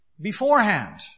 beforehand